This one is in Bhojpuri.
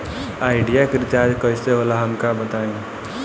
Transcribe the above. आइडिया के रिचार्ज कईसे होला हमका बताई?